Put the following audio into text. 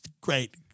great